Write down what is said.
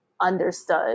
understood